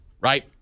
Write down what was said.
right